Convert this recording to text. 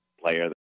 player